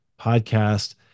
podcast